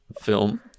film